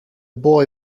boy